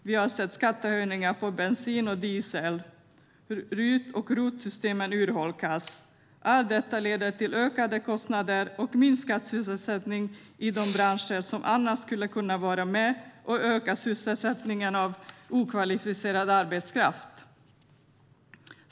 Vi har sett skattehöjningar på bensin och diesel. RUT och ROT-systemen urholkas. Allt detta leder till ökade kostnader och minskad sysselsättning i de branscher som annars skulle kunna vara med och öka sysselsättningen för okvalificerad arbetskraft.